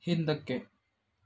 ಹಿಂದಕ್ಕೆ